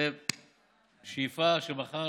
בשאיפה שמחר